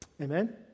Amen